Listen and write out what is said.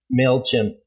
MailChimp